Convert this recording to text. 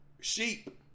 Sheep